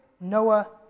Noah